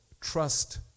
trust